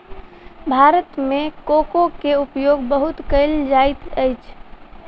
भारत मे कोको के उपयोग बहुत कयल जाइत अछि